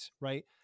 right